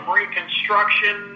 reconstruction